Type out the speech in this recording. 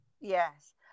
yes